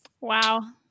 Wow